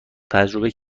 تجربه